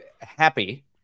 happy